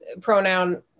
pronoun